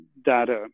data